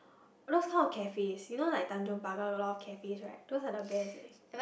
those kind of cafes you know like Tanjong-Pagar got a lot cafes right those are the best eh